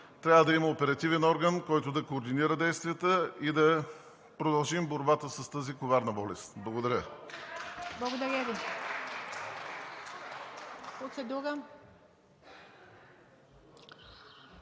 трябва да има оперативен орган, който да координира действията,- и да продължим борбата с тази коварна болест. Благодаря Ви.